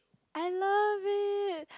I love it